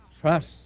trust